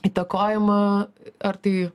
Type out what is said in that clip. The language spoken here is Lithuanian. įtakojimą ar tai